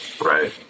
Right